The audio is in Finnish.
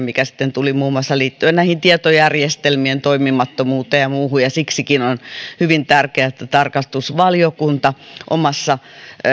mikä sitten tuli liittyen muun muassa tietojärjestelmien toimimattomuuteen ja muuhun siksikin on hyvin tärkeää että tarkastusvaliokunta omassa